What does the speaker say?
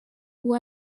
uwo